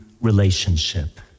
relationship